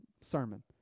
sermon